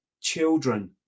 children